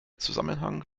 zusammenhang